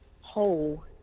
whole